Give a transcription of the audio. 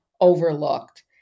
overlooked